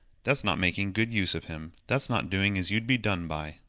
that's not making good use of him. that's not doing as you'd be done by.